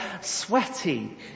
sweaty